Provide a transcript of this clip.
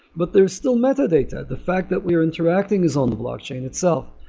but they're still metadata the fact that we're interacting is on the blockchain itself.